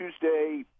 Tuesday